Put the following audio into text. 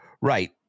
Right